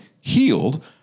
healed